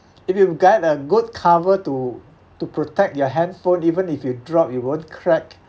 if you've got a good cover to to protect your handphone even if you drop it won't crack